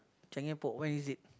changi Airport where is it